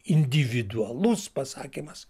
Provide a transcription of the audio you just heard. individualus pasakymas